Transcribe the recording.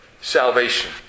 salvation